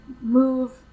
move